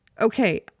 okay